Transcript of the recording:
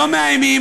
לא מאיימים.